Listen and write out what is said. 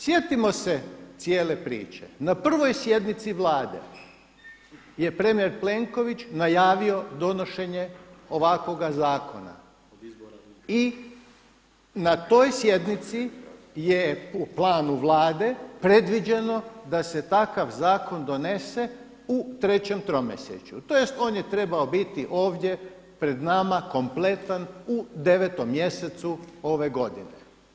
Sjetimo se cijele priče, na prvoj sjednici Vlade je premijer Plenković najavio donošenje ovakvoga zakona i na toj sjednici je u planu Vlade predviđeno da se takav zakon donese u trećem tromjesečju tj. on je trebao biti ovdje pred nama kompletan u 9. mjesecu ove godine.